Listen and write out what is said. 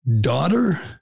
daughter